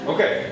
Okay